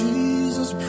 Jesus